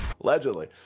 Allegedly